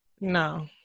no